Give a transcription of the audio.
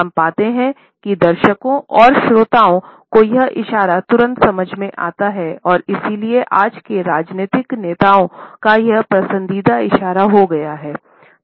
हम पाते हैं कि दर्शकों और श्रोताओं को यह इशारा तुरंत समझ में आता है और इसलिए आज के राजनीतिक नेताओं का यह पसंदीदा इशारा हो गया है